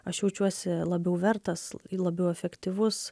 aš jaučiuosi labiau vertas labiau efektyvus